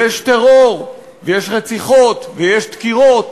יש טרור, יש רציחות ויש דקירות,